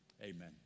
amen